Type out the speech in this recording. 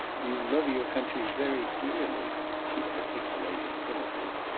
you love your country very dearly she articulated timidly.